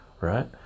right